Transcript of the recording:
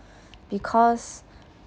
because